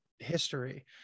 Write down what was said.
history